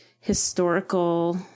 historical